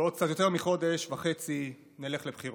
בעוד קצת יותר מחודש וחצי נלך לבחירות.